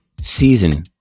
season